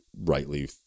rightly